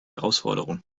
herausforderung